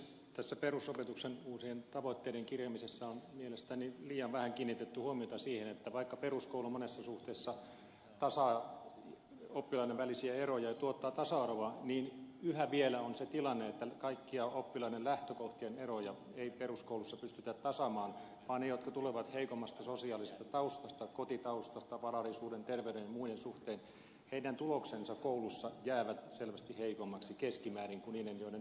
tässä perusopetuksen uusien tavoitteiden kirjaamisessa on mielestäni liian vähän kiinnitetty huomiota siihen että vaikka peruskoulu monessa suhteessa tasaa oppilaiden välisiä eroja ja tuottaa tasa arvoa niin yhä vielä on se tilanne että kaikkia oppilaiden lähtökohtien eroja ei peruskoulussa pystytä tasaamaan vaan koulussa niiden tulokset jotka tulevat heikommasta sosiaalisesta kotitaustasta varallisuuden terveyden ja muiden suhteen jäävät selvästi heikommiksi keskimäärin kuin niiden joiden tausta on parempi